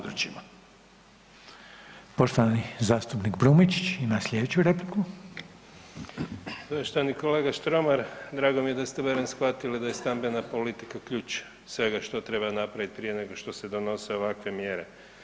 Poštovani kolega Štromar, drago mi je da ste barem shvatili da je stambena politika ključ svega što treba napravit prije nego što se donose ovakve mjere.